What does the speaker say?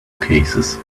cases